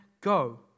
go